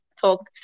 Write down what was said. talk